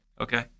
Okay